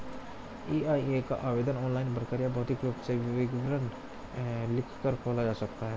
EIA का आवेदन online भरकर या भौतिक रूप में विवरण लिखकर खोला जा सकता है